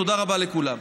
תודה רבה לכולם.